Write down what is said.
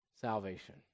salvation